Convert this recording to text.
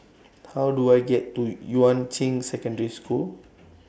How Do I get to Yuan Ching Secondary School